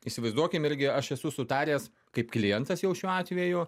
įsivaizduokim irgi aš esu sutaręs kaip klientas jau šiuo atveju